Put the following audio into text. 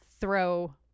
throw